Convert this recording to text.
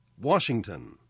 Washington